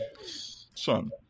son